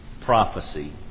prophecy